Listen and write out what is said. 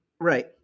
right